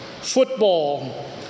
football